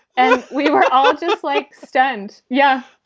and we were ah like just like, stunned. yeah,